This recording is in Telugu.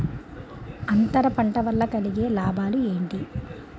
అంతర పంట వల్ల కలిగే లాభాలు ఏంటి